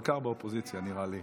אבל קר באופוזיציה, נראה לי.